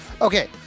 Okay